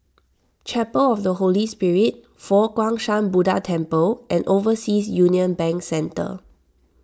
Chapel of the Holy Spirit Fo Guang Shan Buddha Temple and Overseas Union Bank Centre